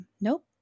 nope